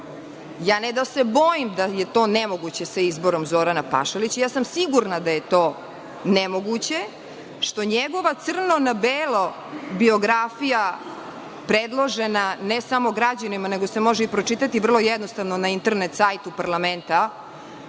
da se bojim da je to nemoguće sa izborom Zorana Pašalića, sigurna sam da je to nemoguće, što njegova crno na belo biografija predložena ne samo građanima, nego se može pročitati vrlo jednostavno na internet sajtu parlamenta,